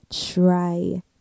try